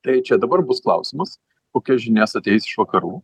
tai čia dabar bus klausimas kokias žinias ateis iš vakarų